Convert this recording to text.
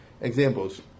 examples